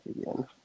again